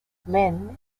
linn